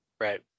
right